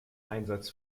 einsatz